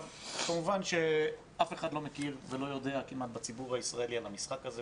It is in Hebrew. כמובן שאף אחד לא מכיר ולא יודע על המשחק הזה,